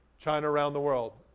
china around the world,